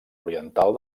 oriental